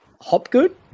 Hopgood